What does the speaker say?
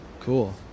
Cool